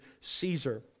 Caesar